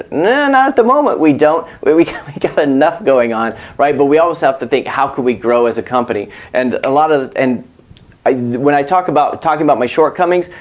no not at the moment we don't where we can't get but enough going on right but we also have to think how could we grow as a company and ah sort of and when i talk about talking about my shortcomings.